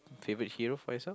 favourite hero for yourself